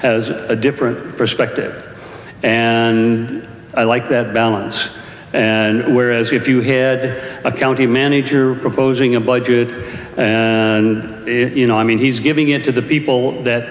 has a different perspective and i like that balance and whereas if you had a county manager proposing a budget and you know i mean he's giving it to the people that